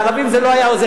לערבים זה לא היה עוזר,